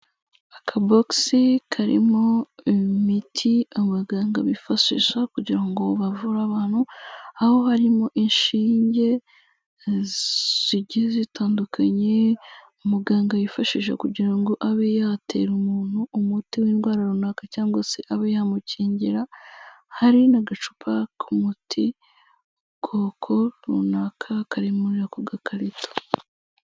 Akabogisi karimo imiti abaganga bifashisha kugira ngo bavure abantu, aho harimo inshinge zigize zitandukanye umuganga yifashisha kugira ngo abe yatera umuntu umuti w'indwara runaka cyangwa se abe yamukingira. Hari n'agacupa k'umuti k'ubwoko runaka, kari muri ako gakarito.